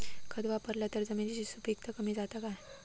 खत वापरला तर जमिनीची सुपीकता कमी जाता काय?